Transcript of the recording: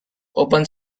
open